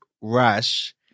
Rush